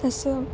असं